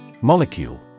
Molecule